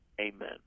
Amen